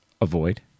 avoid